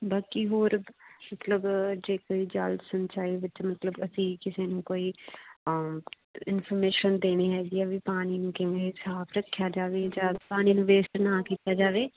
ਬਾਕੀ ਹੋਰ ਮਤਲਬ ਜੇਕਰ ਜਲ ਸਿੰਚਾਈ ਵਿੱਚ ਮਤਲਬ ਅਸੀਂ ਕਿਸੇ ਨੂੰ ਕੋਈ ਇਨਫੋਰਮੇਸ਼ਨ ਦੇਣੀ ਹੈਗੀ ਆ ਵੀ ਪਾਣੀ ਨੂੰ ਕਿਵੇਂ ਸਾਫ ਰੱਖਿਆ ਜਾਵੇ ਜਾਂ ਪਾਣੀ ਨੂੰ ਵੇਸਟ ਨਾ ਕੀਤਾ ਜਾਵੇ